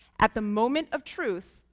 at the moment of truth,